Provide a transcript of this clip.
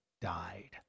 died